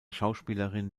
schauspielerin